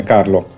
Carlo